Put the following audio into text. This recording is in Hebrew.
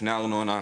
לפני ארנונה,